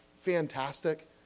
fantastic